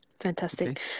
Fantastic